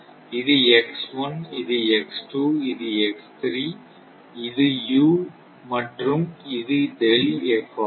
இது இது இது இது U மற்றும் இது ஆகும்